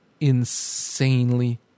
insanely